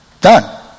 Done